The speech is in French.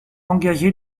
engagé